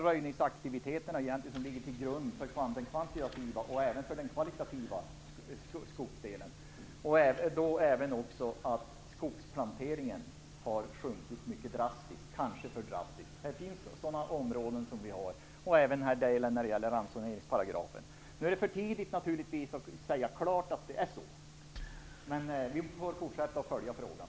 Röjningsaktiviteterna ligger till grund både för det kvantitativa och det kvalitativa skogsbruket. Skogsplanteringen har också sjunkit mycket drastiskt - kanske för drastiskt. Det gäller också ransoneringsparagrafen. Det är naturligtvis för tidigt att säga någonting klart, men vi får fortsätta att följa frågan.